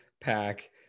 pack